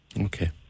okay